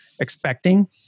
expecting